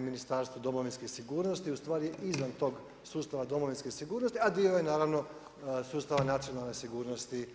Ministarstvu domovinske sigurnosti i ustvari je izvan tog sustava domovinske sigurnosti a dio je naravno sustava nacionalne sigurnosti SAD-a.